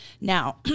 now